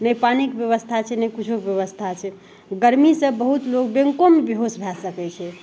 नहि पानिके बेबस्था छै नहि किछुके बेबस्था छै गरमीसे बहुत लोक बैँकोमे बेहोश भै सकै छै